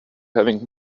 having